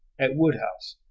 at woodhouse,